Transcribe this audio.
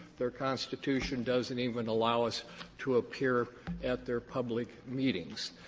their constitution doesn't even allow us to appear at their public meetings.